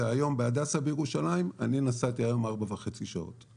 בהדסה בירושלים לי זה לקח היום ארבע וחצי שעות.